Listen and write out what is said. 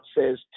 says